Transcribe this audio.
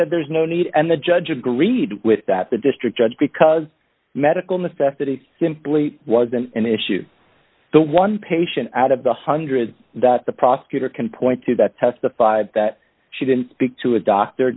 said there's no need and the judge agreed with that the district judge because medical necessity simply wasn't an issue the one patient out of the one hundred that the prosecutor can point to that testified that she didn't speak to a doctor